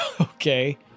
Okay